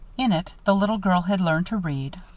in it the little girl had learned to read,